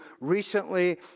recently